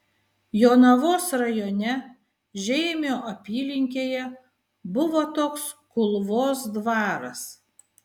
jonavos rajone žeimio apylinkėje buvo toks kulvos dvaras